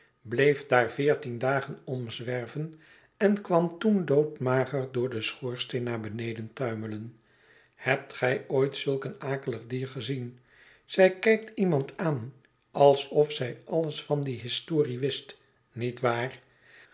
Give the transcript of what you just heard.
bleef daar veertien dagen omzwerven en kwam toen doodmager door den schoorsteen naar beneden tuimelen hebt gij ooit zulk een akelig dier gezien zij kijkt iemand aan alsof zij alles van die historie wist niet waar